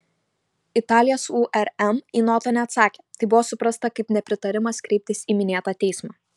italijos urm į notą neatsakė tai buvo suprasta kaip nepritarimas kreiptis į minėtą teismą